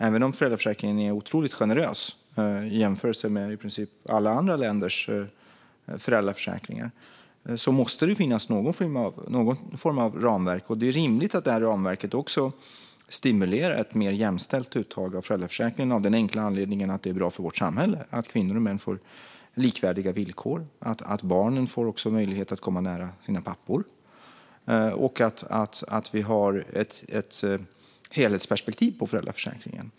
Även om föräldraförsäkringen är otroligt generös i jämförelse med i princip alla andra länders föräldraförsäkringar måste det finnas någon form av ramverk. Det är rimligt att detta ramverk stimulerar ett mer jämställt uttag av föräldraförsäkringen, av den enkla anledningen att det är bra för vårt samhälle att kvinnor och män får likvärdiga villkor, att barnen också får möjlighet att komma nära sina pappor och att vi har ett helhetsperspektiv på föräldraförsäkringen.